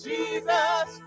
Jesus